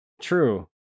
True